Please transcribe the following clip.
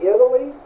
Italy